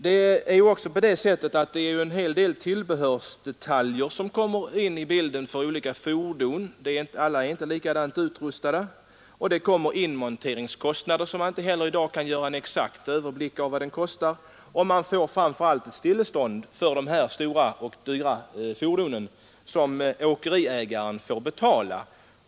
Vidare krävs det en hel del tillbehörsdetaljer för olika fordon — alla är inte likadant utrustade —, det tillkommer inmonteringskostnader, som man i dag inte heller exakt kan överblicka, och framför allt uppstår det för dessa stora och dyra fordon ett stillestånd som åkeriägaren får betala.